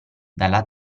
dalla